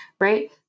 right